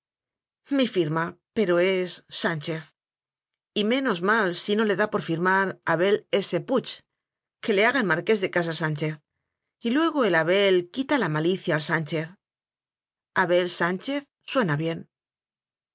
mi firma pero es sánchez y menos mal si no le da por firmar abel s puig que le hagan marqués de casa sánchez y luego el abel quita la malicia al sánchez abel sánchez suena bien